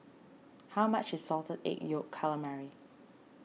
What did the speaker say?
how much is Salted Egg Yolk Calamari